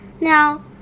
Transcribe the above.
Now